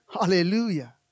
hallelujah